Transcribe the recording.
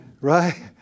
Right